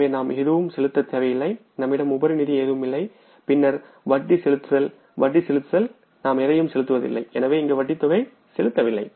எனவே நாம் எதுவும் செலுத்த தேவையில்லை நம்மிடம் உபரி நிதி எதுவும் இல்லை பின்னர் வட்டி செலுத்துதல் வட்டி செலுத்துதல் எதையும் செலுத்தவில்லை எனவே இங்கு வட்டி செலுத்தவில்லை